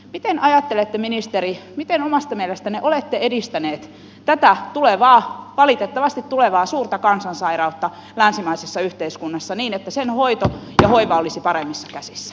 mitä ajattelette ministeri että miten omasta mielestänne olette edistänyt tätä tulevan valitettavasti tulevan suuren kansansairauden hoitoa ja hoivaa länsimaisessa yhteiskunnassa niin että ne olisivat paremmissa käsissä